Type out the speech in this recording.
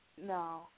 No